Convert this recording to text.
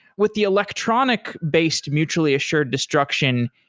with the electronic-based, mutually assured destruction,